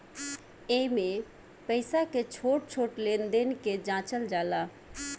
एइमे पईसा के छोट छोट लेन देन के जाचल जाला